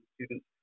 students